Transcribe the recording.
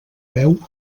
veu